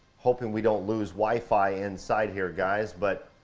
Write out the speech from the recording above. hoping we don't lose wi-fi inside here guys but,